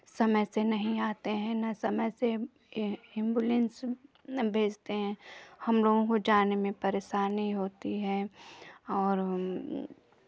समय से नहीं आते हैं न समय से एम्बुलेंस भेजते है हमलोगों को जाने में परेशानी होती है और